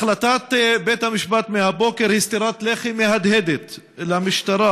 החלטת בית המשפט מהבוקר היא סטירת לחי מהדהדת למשטרה,